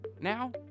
Now